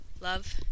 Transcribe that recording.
Love